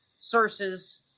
sources